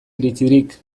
iritzirik